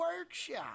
Workshop